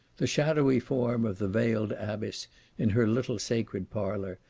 the shadowy form of the veiled abbess in her little sacred parlour,